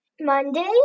Monday